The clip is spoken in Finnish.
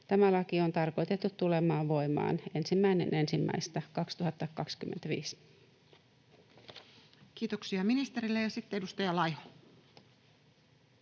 Tämä laki on tarkoitettu tulemaan voimaan 1.1.2025. Kiitoksia ministerille. — Ja sitten edustaja Laiho.